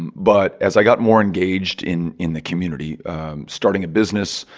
but as i got more engaged in in the community starting a business,